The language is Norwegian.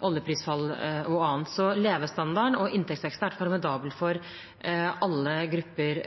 oljeprisfall og annet. Levestandarden og inntektsveksten har vært formidabel for alle grupper.